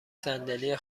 صندلی